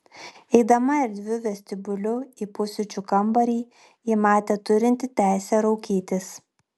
eidama erdviu vestibiuliu į pusryčių kambarį ji manė turinti teisę raukytis